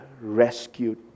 rescued